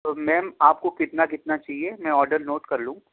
تو میم آپ کو کتنا کتنا چاہیے میں آڈر نوٹ کر لوں